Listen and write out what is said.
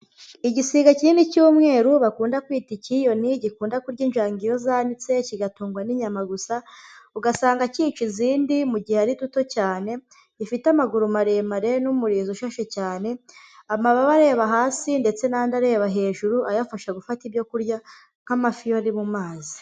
Igisiga kinini cy'umweru bakunda kwita icyiyoni gikunda kurya injanga iyo zanitse kigatungwa n'inyama gusa, ugasanga cyica izindi mu gihe ari duto cyane, gifite amaguru maremare n'umurizo ushashe cyane, amababa areba hasi ndetse n'andi areba hejuru ayafasha gufata ibyo kurya nk'amafi iyo ari mu mazi.